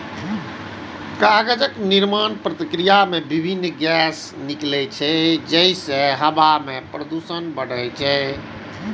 कागज निर्माणक प्रक्रिया मे विभिन्न गैस निकलै छै, जइसे हवा मे प्रदूषण बढ़ै छै